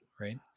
right